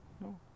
No